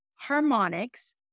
Harmonics